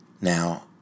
Now